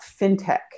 fintech